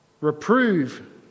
Reprove